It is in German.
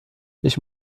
ich